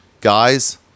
guys